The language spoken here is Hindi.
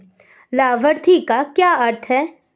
लाभार्थी का क्या अर्थ है?